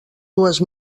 dues